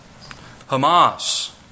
Hamas